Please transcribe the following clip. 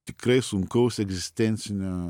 tikrai sunkaus egzistencinio